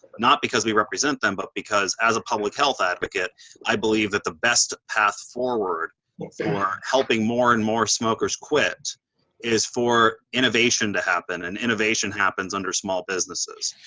not because we represent them but because as a public health advocate i believe that the best path forward for helping more and more smokers quit is for innovation to happen and innovation happens under small businesses.